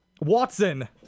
Watson